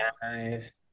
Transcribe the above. guys